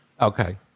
Okay